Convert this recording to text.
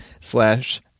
slash